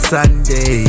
Sunday